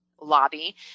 lobby